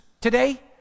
today